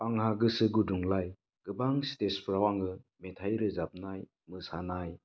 आंहा गोसो गुदुं लाय गोबां स्थेजफोराव आङो मेथाइ रोजाबनाय मोसानाय